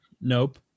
Nope